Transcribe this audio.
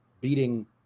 beating